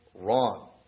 wrong